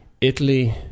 Italy